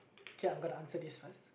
okay I'm gonna answer this first